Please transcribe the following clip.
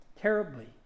terribly